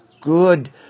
good